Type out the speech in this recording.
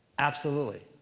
absolutely.